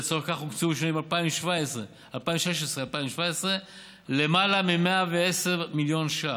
לצורך זה הוקצבו בשנים 2016 2017 למעלה מ-110 מיליון ש"ח,